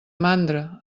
mandra